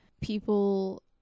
people